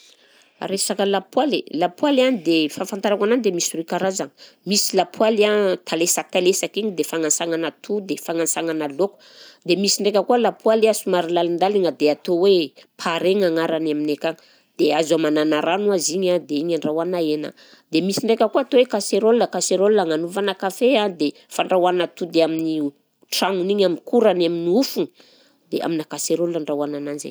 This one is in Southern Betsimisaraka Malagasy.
Resaka lapoaly, lapoaly a dia fahafantarako anany dia misy roy karazagna, misy lapoaly a talesatalesaka igny dia fagnasagnana atody, fagnasagnana laoka, dia misy ndraika koa lapoaly a somary lalindaligna dia atao hoe paregna agnarany aminay akagny, dia azo amanana rano a izy iny a dia iny andrahoana hena, dia misy ndraika koa atao hoe kaseraola, kaseraola agnanovana café a dia fandrahoana atody amin'io tragnony igny, am'korany, am'nofony dia aminà kaseraola andrahoana ananjy.